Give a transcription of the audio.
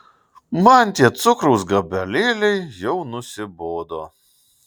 man tie cukraus gabalėliai jau nusibodo